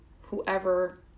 whoever